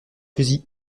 fusils